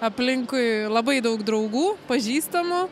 aplinkui labai daug draugų pažįstamų